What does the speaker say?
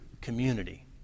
community